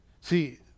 See